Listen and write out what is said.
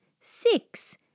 six